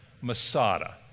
Masada